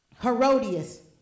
Herodias